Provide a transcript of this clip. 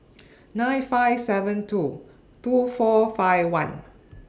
nine five seven two two four five one